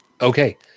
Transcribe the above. Okay